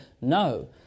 no